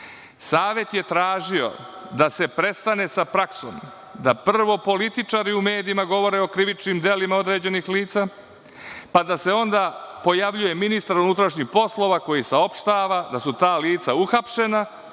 Savet je tražio da se prestane sa praksom da prvo političari u medijima govore o krivičnim delima određenih lica, pa da se onda pojavljuje ministar unutrašnjih poslova koji saopštava da su ta lica uhapšena